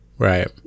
Right